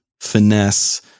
finesse